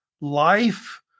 life